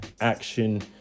action